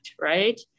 right